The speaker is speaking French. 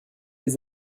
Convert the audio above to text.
les